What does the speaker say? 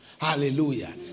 Hallelujah